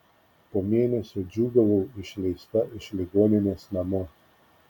po mėnesio džiūgavau išleista iš ligoninės namo